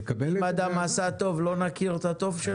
בן אדם עשה טוב, לא נכיר בטוב שלו?